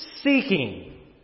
seeking